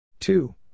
Two